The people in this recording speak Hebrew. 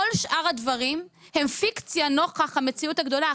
כל שאר הדברים הם פיקציה נוכח המציאות הגדולה.